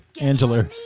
Angela